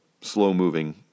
slow-moving